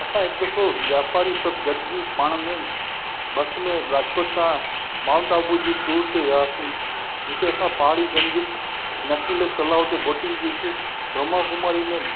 असां हिकु दफ़ो व्यापारी सभु गॾिजी पाण में बस में राजकोट तां माउंट आबू जी टूर ते वियासीं जिते असां पहाड़ी गंज नकिले तलाउ ते बोटिंग कइसी ब्रह्मा कुमारी में